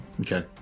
Okay